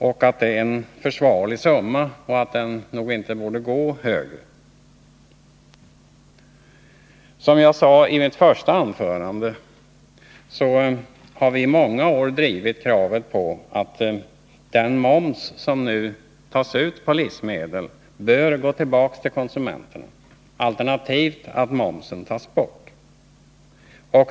Han ansåg detta vara en försvarlig summa, som inte borde bli större. Som jag sade i mitt första anförande har vi i många år drivit kravet att den moms som nu tas ut på livsmedel skall gå tillbaka till 175 konsumenterna. Alternativet är att momsen tas bort.